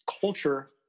culture